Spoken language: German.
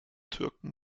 türken